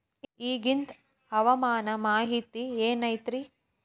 ಇಗಿಂದ್ ಹವಾಮಾನ ಮಾಹಿತಿ ಏನು ಐತಿ?